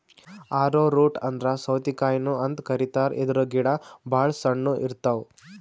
ಆರೊ root ಅಂದ್ರ ಸೌತಿಕಾಯಿನು ಅಂತ್ ಕರಿತಾರ್ ಇದ್ರ್ ಗಿಡ ಭಾಳ್ ಸಣ್ಣು ಇರ್ತವ್